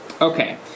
okay